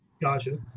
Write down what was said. Gotcha